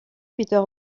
peter